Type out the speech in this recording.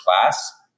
class